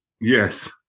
Yes